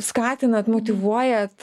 skatinat motyvuojat